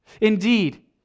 Indeed